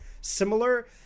similar